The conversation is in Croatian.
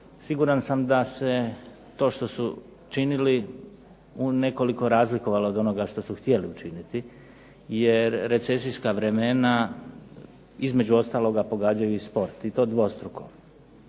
siguran sam da se to što su činili unekoliko razlikovalo od onoga što su htjeli učiniti, jer recesijska vremena između ostaloga pogađaju i sport, i to dvostruko.